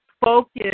focus